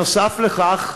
נוסף על כך,